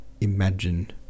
imagine